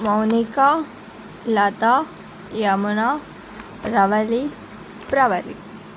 Mounika Latha Yamuna Ravali Pravalika